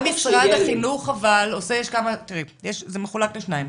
זה מחולק לשניים.